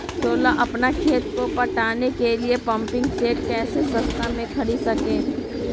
सोलह अपना खेत को पटाने के लिए पम्पिंग सेट कैसे सस्ता मे खरीद सके?